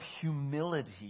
humility